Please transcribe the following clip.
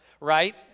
right